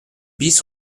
bis